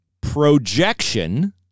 projection